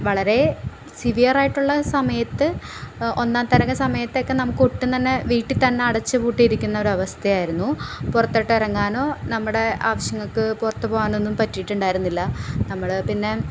വളരേ സിവിയറായിട്ടുള്ള സമയത്ത് ഒന്നാം തരംഗ സമയത്തൊക്കെ നമുക്കൊട്ടും തന്നെ വീട്ടിൽത്തന്നെ അടച്ചുപൂട്ടി ഇരിക്കുന്നൊരവസ്ഥ ആയിരുന്നു പുറത്തോട്ടിറങ്ങാനോ നമ്മുടെ ആവശ്യങ്ങൾക്ക് പുറത്തു പോകാനൊന്നും പറ്റിയിട്ടുണ്ടായിരുന്നില്ല നമ്മൾ പിന്നെ